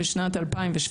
בשנת 2017,